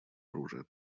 оружия